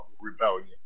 rebellion